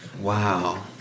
wow